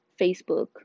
Facebook